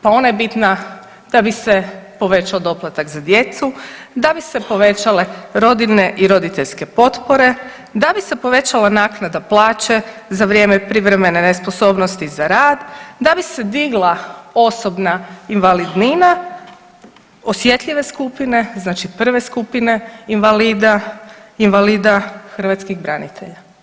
Pa ona je bitna da bi se povećao doplatak za djecu, da bi se povećale rodiljne i roditeljske potpore, da bi se povećala naknada plaće za vrijeme privremene nesposobnosti za rad, da bi se digla osobna invalidnina osjetljive skupine znači prve skupine invalida, invalida hrvatskih branitelja.